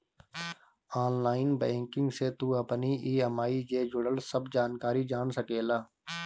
online banking से तू अपनी इ.एम.आई जे जुड़ल सब जानकारी जान सकेला